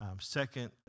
second